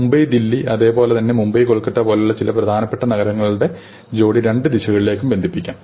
മുംബൈ ദില്ലി അതേപോലെതന്നെ മുംബൈ കൊൽക്കത്ത പോലുള്ള ചില പ്രധാനപ്പെട്ട നഗരങ്ങളുടെ ജോഡി രണ്ട് ദിശകളിലേക്കും ബന്ധിപ്പിക്കാം